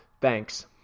Thanks